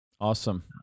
Awesome